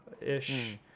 ish